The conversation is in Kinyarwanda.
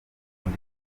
undi